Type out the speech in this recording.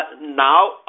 now